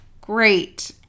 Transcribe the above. Great